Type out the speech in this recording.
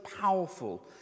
powerful